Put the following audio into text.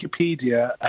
Wikipedia